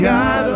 God